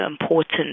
important